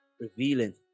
revealing